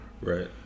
Right